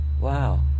Wow